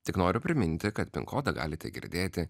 tik noriu priminti kad pin kodą galite girdėti